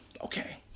okay